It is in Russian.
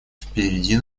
впереди